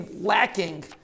lacking